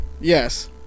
Yes